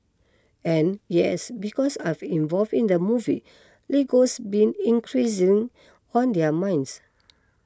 and yes because I've involved in the movie Lego's been increasing on their minds